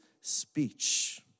speech